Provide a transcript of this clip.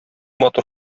матур